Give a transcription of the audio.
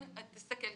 אם תסתכל,